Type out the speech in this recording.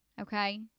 okay